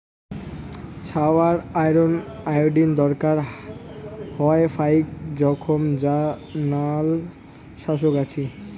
ছাওয়ার iron, iodine দরকার হয় ফাইক জোখন যা নাল শাকত আছি